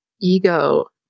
ego